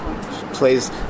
plays